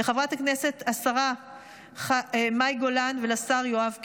לחברת הכנסת השרה מאי גולן ולשר יואב קיש.